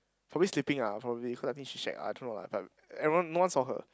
probably sleeping ah probably cause I think she shag ah I don't know lah but everyone no one saw her